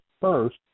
first